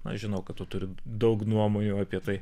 aš žinau kad tu turi daug nuomonių apie tai